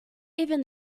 even